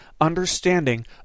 understanding